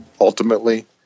Ultimately